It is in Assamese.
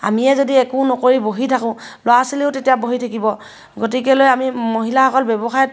আমিয়ে যদি একো নকৰি বহি থাকোঁ ল'ৰা ছোৱালীয়েও তেতিয়া বহি থাকিব গতিকেলৈ আমি মহিলাসকল ব্যৱসায়ত